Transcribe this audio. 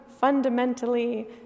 fundamentally